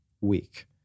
week